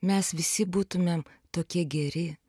mes visi būtumėm tokie geri